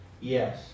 Yes